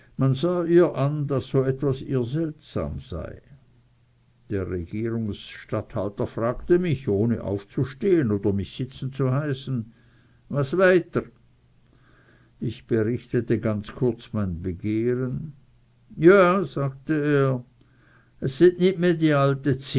an daß so etwas ihr seltsam sei der regierungsstatthalter fragte mich ohne aufzustehen oder mich sitzen zu heißen was weit dr ich berichtete ganz kurz mein begehren ja sagte er es sy nit meh die alte